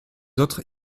autres